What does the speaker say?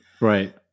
Right